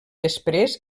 després